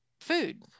food